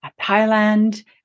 Thailand